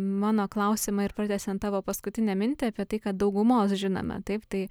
mano klausimą ir pratęsiant tavo paskutinę mintį apie tai kad daugumos žinome taip tai